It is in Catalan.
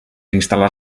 instal·lar